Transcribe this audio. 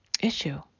issue